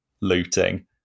looting